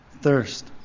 thirst